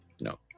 No